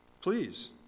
Please